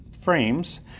frames